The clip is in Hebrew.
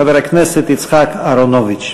חבר הכנסת יצחק אהרונוביץ.